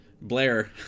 Blair